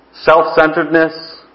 self-centeredness